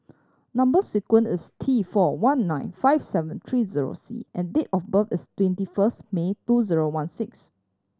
number sequence is T four one nine five seven three zero C and date of birth is twenty first May two zero one six